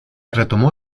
retomó